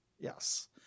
Yes